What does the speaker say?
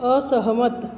असहमत